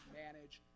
manage